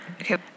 Okay